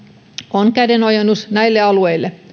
on kädenojennus näille alueille